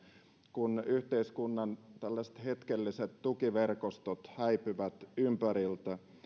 kun yhteiskunnan tällaiset hetkelliset tukiverkostot häipyvät ympäriltä